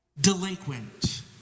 delinquent